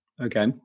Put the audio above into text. Okay